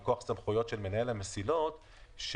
כי